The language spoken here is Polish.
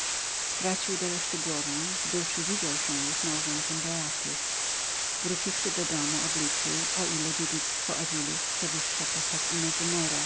stracił do reszty głowę w duszy widział się już małżonkiem beaty wróciwszy do domu obliczył o ile dziedzictwo avilów przewyższa posag